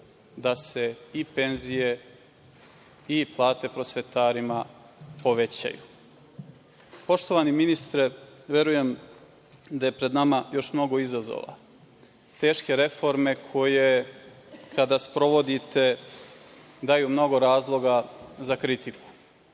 da se i penzije i plate prosvetarima povećaju. Poštovani ministre, verujem da je pred nama još mnogo izazova. Teške reforme koje, kada sprovodite, daju mnogo razloga za kritiku.